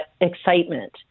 excitement